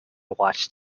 watched